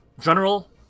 general